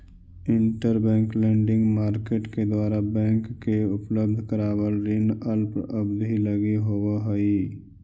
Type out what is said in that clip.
interbank lending market के द्वारा bank के उपलब्ध करावल ऋण अल्प अवधि लगी होवऽ हइ